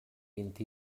vint